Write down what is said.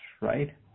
right